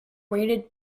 waited